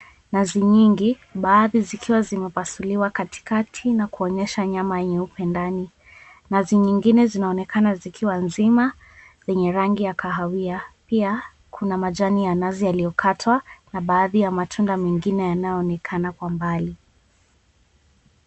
Nazi nyingi, baadhi zikiwa zimepasuliwa katikati na kuonyesha nyama nyeupe ndani. Nazi nyingine zinaonekana zikiwa nzima, zenye rangi ya kahawia. Pia kuna majani ya nazi yaliyokatwa na baadhi ya matunda mengine yanayoonekana kwa mbali.